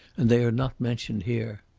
and they are not mentioned here.